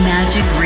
Magic